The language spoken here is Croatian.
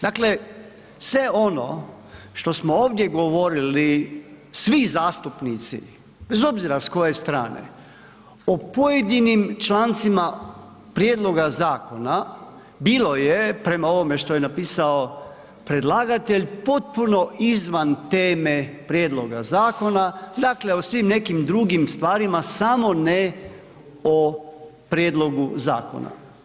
Dakle sve ono što smo ovdje govorili, svi zastupnici, bez obzira s koje strane, o pojedinim člancima prijedloga zakona bilo je prema ovome što je napisao predlagatelj potpuno izvan teme prijedloga zakona dakle o svim nekim drugim stvarima samo ne o prijedlogu zakona.